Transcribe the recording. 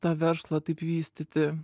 tą verslą taip vystyti